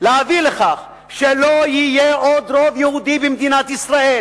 להביא לכך שלא יהיה עוד רוב יהודי במדינת ישראל,